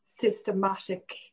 systematic